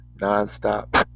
non-stop